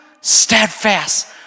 steadfast